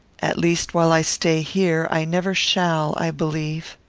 at least, while i stay here, i never shall, i believe.